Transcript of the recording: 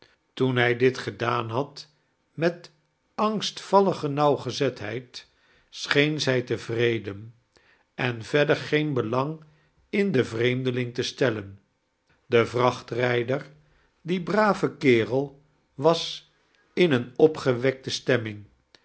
toen hij dit gedaan had met angstvallige nauwgezetheid scheen zij tevireden en verder geen balang in den vreemdeling te stellen de wachtrijder die brave kerel was in eene opgewekte stemming